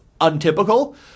untypical